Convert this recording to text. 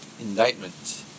indictment